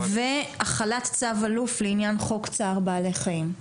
והחלת צו אלוף לעניין צער בעלי חיים.